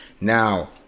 Now